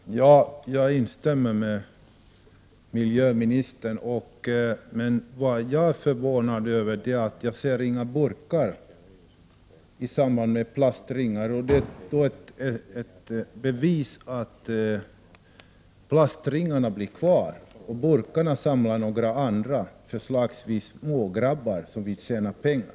Herr talman! Jag instämmer med miljöministern. Vad jag är förvånad över är att jag inte ser några burkar tillsammans med plastringarna. Det är ett bevis på att plastringarna blir kvar. Burkarna samlar några andra upp, antagligen smågrabbar som vill tjäna pengar.